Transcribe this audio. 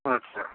अच्छा